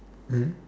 mm